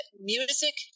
music